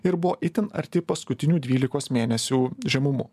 ir buvo itin arti paskutinių dvylikos mėnesių žemumų